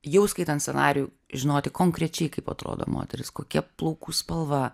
jau skaitant scenarijų žinoti konkrečiai kaip atrodo moteris kokia plaukų spalva